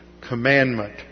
commandment